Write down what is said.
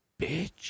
Bitch